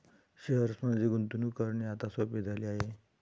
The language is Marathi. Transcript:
शेअर्समध्ये गुंतवणूक करणे आता सोपे झाले आहे